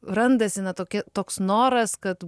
randasi na tokie toks noras kad